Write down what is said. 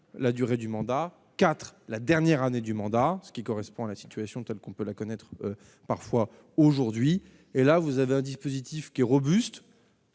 la durée du mandat quatre la dernière année du mandat, ce qui correspond à la situation telle qu'on peut la connaître parfois aujourd'hui, et là vous avez un dispositif qui robuste,